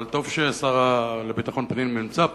טוב שהשר לביטחון פנים נמצא פה,